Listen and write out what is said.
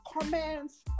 comments